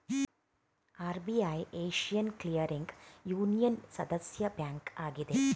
RBI Asian clearing ಯೂನಿಯನ್ನ ಸದಸ್ಯ bank ಆಗಿದೆ